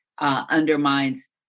undermines